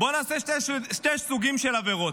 בואו נעשה שני סוגים של עבירות,